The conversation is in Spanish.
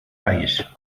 país